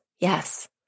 Yes